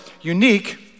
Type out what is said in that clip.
unique